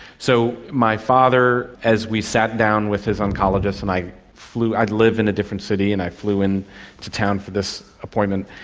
so my father, as we sat down with his oncologist and i flew, i live in a different city, and i flew in to town for this appointment,